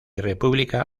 república